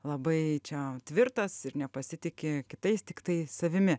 labai čia tvirtas ir nepasitiki kitais tiktai savimi